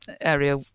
area